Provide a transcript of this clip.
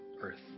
earth